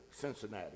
Cincinnati